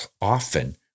often